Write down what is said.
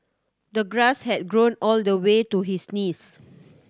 the grass had grown all the way to his knees